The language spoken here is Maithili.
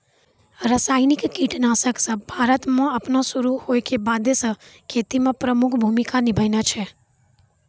रसायनिक कीटनाशक सभ भारतो मे अपनो शुरू होय के बादे से खेती मे प्रमुख भूमिका निभैने छै